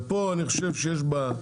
ופה אני חושב שיש בה,